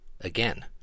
again